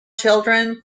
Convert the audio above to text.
children